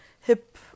hip